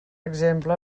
exemple